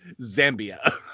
Zambia